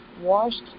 washed